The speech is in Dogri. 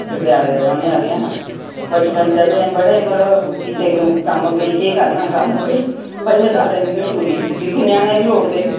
ककडेआले दे रौह्ने आह्ले आं बचपन असे बड़ा मतलब कीते असें कम्म कि भला केह् करना हा कम्म भाई पञैं सालें दी में टुरी ही मी भुञां नेईं हे छोड़दे